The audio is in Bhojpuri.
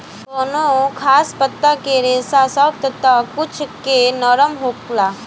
कवनो खास पता के रेसा सख्त त कुछो के नरम होला